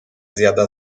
zjada